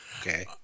Okay